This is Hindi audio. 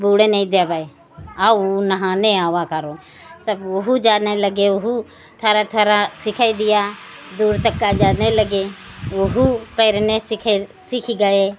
बुड़े नहीं देंगे आओ नहाने आओ करूँ सब वह भी जानने लगे वह भी थोड़ा थोड़ा सिखा दिया दूर तक का जाने लगे वह भी तैरनी सीख सीख गए